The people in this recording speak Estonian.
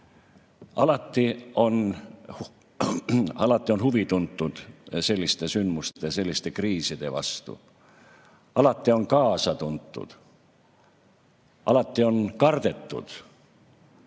Alati on huvi tuntud selliste sündmuste ja selliste kriiside vastu. Alati on kaasa tuntud. Alati on kardetud.